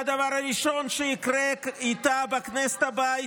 והדבר הראשון שיקרה איתה בכנסת הבאה,